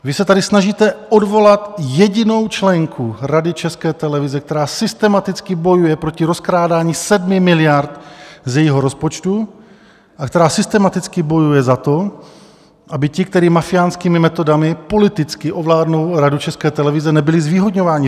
Vy se tady snažíte odvolat jedinou členku Rady České televize, která systematicky bojuje proti rozkrádání 7 miliard z jejího rozpočtu a která systematicky bojuje za to, aby ti, kteří mafiánskými metodami politicky ovládnou Radu České televize, nebyli zvýhodňováni.